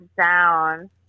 down